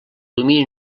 domini